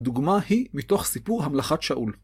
דוגמה היא מתוך סיפור המלכת שאול.